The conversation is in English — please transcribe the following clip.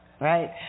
right